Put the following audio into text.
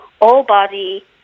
all-body